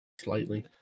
Slightly